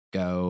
go